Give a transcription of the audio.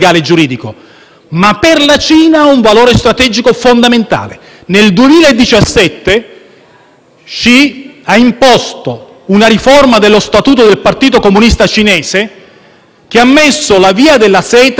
Xi ha imposto una riforma dello statuto del Partito Comunista Cinese che ha posto la Via della Seta come obiettivo strategico del suddetto Partito per cambiare le sorti del mondo.